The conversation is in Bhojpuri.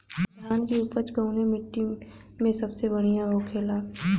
धान की उपज कवने मिट्टी में सबसे बढ़ियां होखेला?